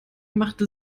machte